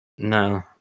No